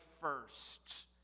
First